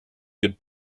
good